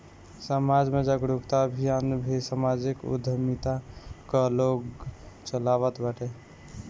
समाज में जागरूकता अभियान भी समाजिक उद्यमिता कअ लोग चलावत बाटे